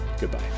Goodbye